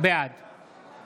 בעד